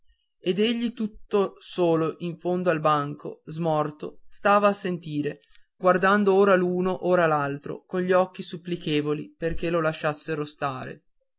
ed egli tutto solo in fondo al banco smorto stava a sentire guardando ora l'uno ora l'altro con gli occhi supplichevoli perché lo lasciassero stare